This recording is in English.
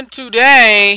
today